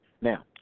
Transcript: Now